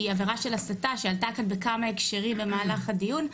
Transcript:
היא עבירה של הסתה שעלתה כאן בכמה הקשרים במהלך הדיון,